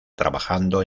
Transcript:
trabajando